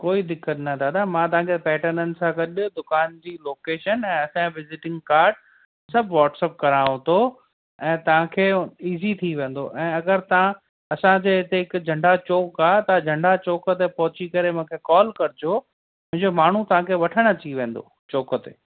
कोई दिक़तु न दादा मां तव्हांजे पैटननि सां गॾु दुकानु जी लोकेशन ऐं असांजो विज़ीटिंग कार्ड सभु वॉट्सप करांव थो ऐं तव्हांखे ईज़ी थी वेंदो ऐं अगरि तव्हां असांजे हिते हिकु झंडा चौक आहे तव्हां झंडा चौक ते पहुची करे मूंखे कॉल कजो मुंहिंजो माण्हूं तव्हांखे वठण अची वेंदो चौक ते